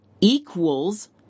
equals